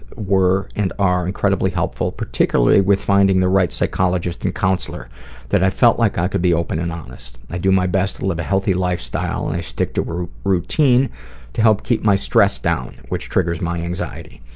were and are incredibly helpful particularly with finding the right psychologist and counselor that i felt like i could be open and honest i do my best to live a healthy lifestyle. and i stick to a routine to help keep my stress down, which triggers my anxiety